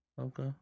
Okay